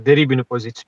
derybinių pozicijų